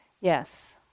Yes